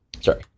sorry